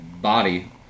body